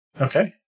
Okay